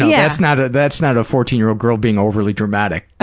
yeah that's not ah that's not a fourteen year old girl being overly-dramatic.